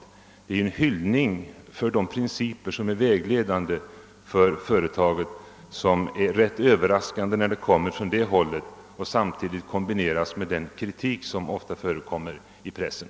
Detta innebär en anslutning till de principer som är vägledande för Sveriges Radio vilket är rätt överraskande, när den kommer från det hållet och kombineras med den kritik som ofta förekommer i pressen.